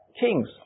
kings